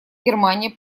германия